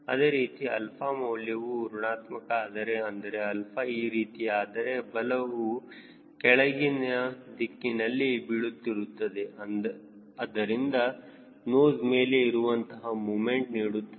ಅದೇ ರೀತಿ ಅಲ್ಪ ಮೌಲ್ಯವು ಋಣಾತ್ಮಕ ಆದರೆ ಅಂದರೆ 𝛼 ಈ ರೀತಿ ಆದರೆ ಬಲವು ಕೆಳಗಿನ ದಿಕ್ಕಿನಲ್ಲಿ ಬೀಳುತ್ತಿರುತ್ತದೆ ಅದರಿಂದ ನೋಸ್ ಮೇಲೆ ಇರುವಂತಹ ಮೂಮೆಂಟ್ ನೀಡುತ್ತದೆ